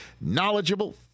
knowledgeable